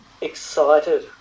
excited